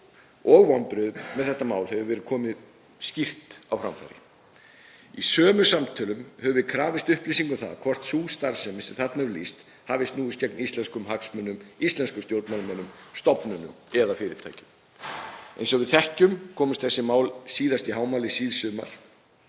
og vonbrigðum með þetta mál hefur verið komið skýrt á framfæri. Í sömu samtölum höfum við krafist upplýsinga um það hvort sú starfsemi sem þarna er lýst hafi snúist gegn íslenskum hagsmunum, íslenskum stjórnmálamönnum, stofnunum eða fyrirtækjum. Eins og við þekkjum komust þessi mál síðast í hámæli síðsumars